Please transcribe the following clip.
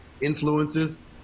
influences